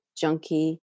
junkie